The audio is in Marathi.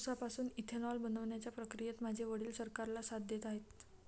उसापासून इथेनॉल बनवण्याच्या प्रक्रियेत माझे वडील सरकारला साथ देत आहेत